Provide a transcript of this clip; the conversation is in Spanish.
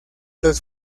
los